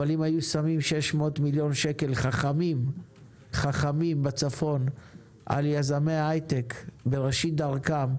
אבל אם היו שמים 600 מיליון שקל חכמים בצפון על יזמי הייטק בראשית דרכם,